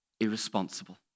irresponsible